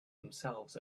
themselves